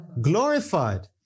glorified